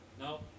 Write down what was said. No